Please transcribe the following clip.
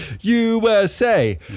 USA